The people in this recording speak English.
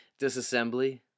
Disassembly